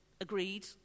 agreed